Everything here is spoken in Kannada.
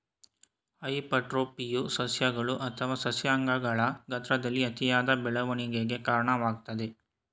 ಹೈಪರ್ಟ್ರೋಫಿಯು ಸಸ್ಯಗಳು ಅಥವಾ ಸಸ್ಯ ಅಂಗಗಳ ಗಾತ್ರದಲ್ಲಿ ಅತಿಯಾದ ಬೆಳವಣಿಗೆಗೆ ಕಾರಣವಾಗ್ತದೆ